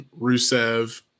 Rusev